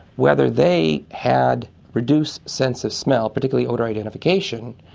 whether they had reduced sense of smell, particularly odour identification,